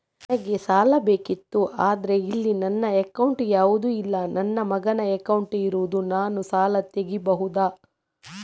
ನನಗೆ ಸಾಲ ಬೇಕಿತ್ತು ಆದ್ರೆ ಇಲ್ಲಿ ನನ್ನ ಅಕೌಂಟ್ ಯಾವುದು ಇಲ್ಲ, ನನ್ನ ಮಗನ ಅಕೌಂಟ್ ಇರುದು, ನಾನು ಸಾಲ ತೆಗಿಬಹುದಾ?